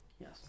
yes